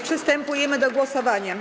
Przystępujemy do głosowania.